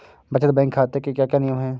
बचत बैंक खाते के क्या क्या नियम हैं?